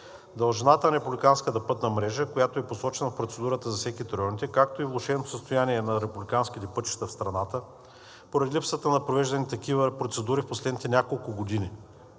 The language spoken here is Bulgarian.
Дължината на републиканската пътна мрежа, която е посочена в процедурата за всеки от районите, както и влошеното състояние на републиканските пътища в страната поради липсата на провеждане на такива процедури в последните няколко години,